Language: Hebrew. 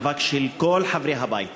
מאבק של כל חברי הבית.